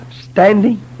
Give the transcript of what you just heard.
standing